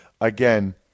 Again